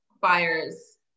buyers